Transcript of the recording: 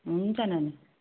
हुन्छ नानी